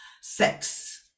sex